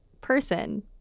person